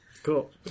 Cool